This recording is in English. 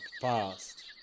fast